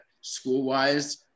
school-wise